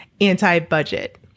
anti-budget